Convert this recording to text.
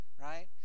Right